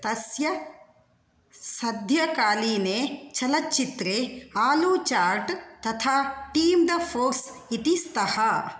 तस्य सद्यःकालीने चलच्चित्रे आलू चाट् तथा टीम् द फ़ोर्स् इति स्तः